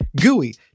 gooey